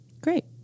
Great